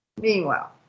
Meanwhile